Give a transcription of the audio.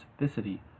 specificity